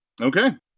Okay